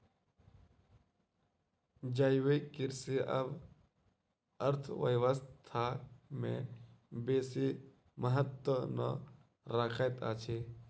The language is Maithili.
जैविक कृषि आब अर्थव्यवस्था में बेसी महत्त्व नै रखैत अछि